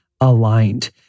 aligned